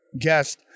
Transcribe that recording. guest